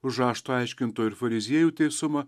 už rašto aiškintojų ir fariziejų teisumą